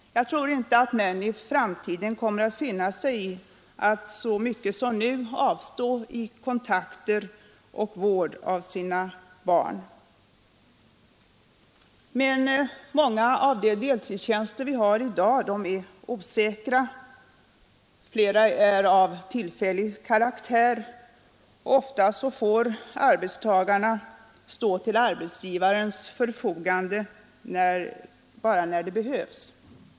Jag tror inte att män i framtiden kommer att finna sig i att så mycket som nu avstå från kontakter med och vård av sina barn. Många av de deltidstjänster som finns i dag är emellertid osäkra. En hel del är av tillfällig karaktär. Ofta får arbetstagarna stå till arbetsgivarens förfogande bara när de behövs.